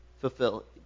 fulfill